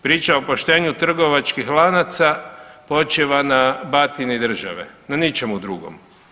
Priča o poštenju trgovačkih lanaca počiva na batini države, na ničemu drugom.